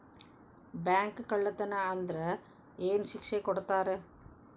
Bank ಕಳ್ಳತನಾ ಆದ್ರ ಏನ್ ಶಿಕ್ಷೆ ಕೊಡ್ತಾರ?